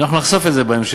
אנחנו נחשוף את זה בהמשך.